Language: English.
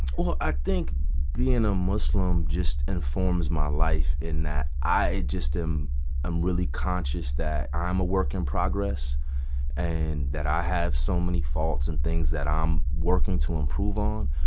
well, i think being a muslim just informs my life, in that i just am i'm really conscious that i'm a work in progress and that i have so many faults and things that i'm working to improve on.